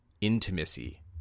Intimacy